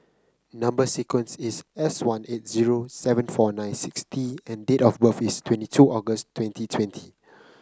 number sequence is S one eight zero seven four nine six T and date of birth is twenty two August twenty twenty